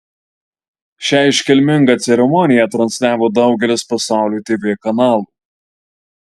šią iškilmingą ceremoniją transliavo daugelis pasaulio tv kanalų